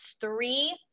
three